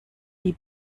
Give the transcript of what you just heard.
die